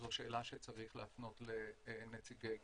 זו שאלה שצריך להפנות לנציגי גוגל.